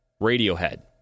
Radiohead